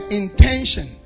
intention